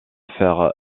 faire